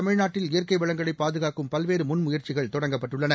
தமிழ்நாட்டில் இயற்கை வளங்களை பாதுகாக்கும் பல்வேறு முன்முயற்சிகள் தொடங்கப்பட்டுள்ளன